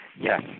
Yes